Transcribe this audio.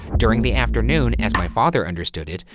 during the afternoon, as my father understood it,